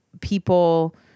people